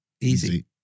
Easy